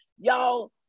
Y'all